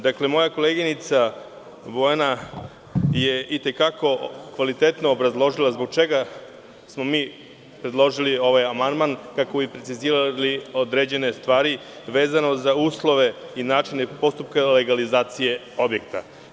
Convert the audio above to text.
Dakle, moja koleginica Bojana je itekako kvalitetno obrazložila zbog čega smo mi predložili ovaj amandman, kako bi precizirali određene stvari vezano za uslove i način i postupka legalizacije objekta.